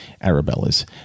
Arabella's